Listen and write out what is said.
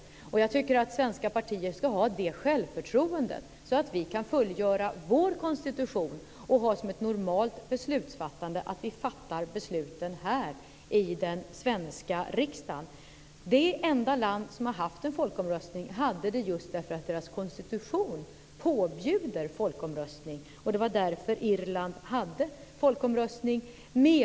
Jag tycker att svenska partier ska ha det självförtroendet att vi kan fullfölja vår konstitution och fatta besluten i en normal beslutsordning i den svenska riksdagen. Det enda land som har haft en folkomröstning i detta sammanhang genomförde en sådan därför att dess konstitution påbjuder folkomröstning. Det var därför som Irland hade en folkomröstning.